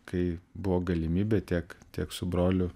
kai buvo galimybė tiek tiek su broliu